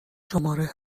شماره